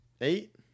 Eight